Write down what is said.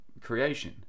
creation